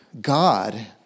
God